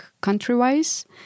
country-wise